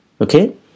okay